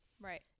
Right